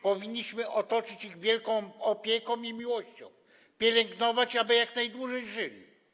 Powinniśmy ich otoczyć wielką opieką i miłością, pielęgnować, aby jak najdłużej żyli.